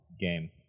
game